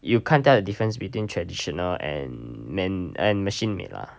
you can't tell the difference between traditional and man and machine made lah